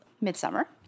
Midsummer